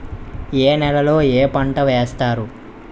ఏ నేలలో ఏ పంట వేస్తారు?